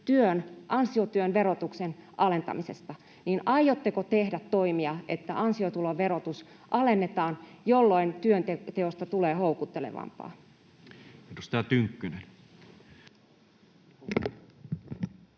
ansiotyön verotuksen alentamisesta, aiotteko tehdä toimia, että ansiotulon verotus alennetaan, jolloin työnteosta tulee houkuttelevampaa? [Speech